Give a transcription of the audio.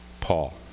Paul